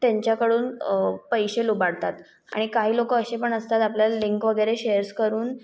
त्यांच्याकडून पैसे लुबाडतात आणि काही लोकं असे पण असतात आपल्याला लिंक वगैरे शेअर्स करून